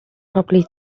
probably